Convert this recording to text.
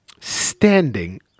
standing